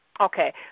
Okay